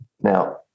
Now